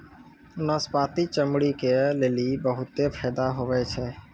नाशपती चमड़ी के लेली बहुते फैदा हुवै छै